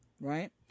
Right